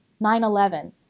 9-11